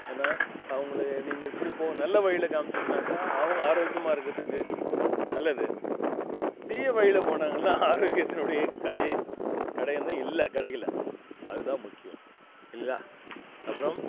ஏன்னால் அவங்களே நீங்கள் இப்படி போ நல்ல வழியில் காமிச்சம்னாக்கா அவங்க ஆரோக்கியமாக இருக்கிறதுக்கு நல்லது தீயவழியில் போனாங்கன்னால் ஆரோக்கியத்துனுடைய கெடையே கெடை அங்கே இல்லை கிடைக்கல அதுதான் முக்கியம் இல்லையா அப்புறம்